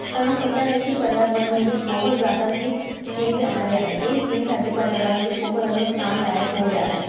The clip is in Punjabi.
ਤੁਹਾਨੂੰ ਪਤਾ ਹੈ ਕਿ ਪਰਿਆਵਰਨ ਵਿੱਚ ਬਹੁਤ ਜਿਆਦਾ ਹੀ ਚੇਂਜ ਆ ਰਿਹਾ ਹੈ ਇਹ ਚੇਂਜ ਸਾਡੇ ਪਰਿਆਵਰਨ ਵਿੱਚ ਬਹੁਤ ਜਿਆਦਾ ਨੁਕਸਾਨਦਾਇਕ ਹੋ ਰਿਹਾ ਹੈ